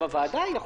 הוועדה,